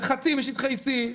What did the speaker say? זה חצי משטחי C,